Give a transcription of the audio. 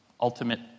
ultimate